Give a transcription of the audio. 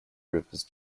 rivers